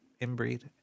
inbreed